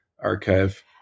archive